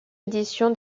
édition